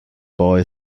boy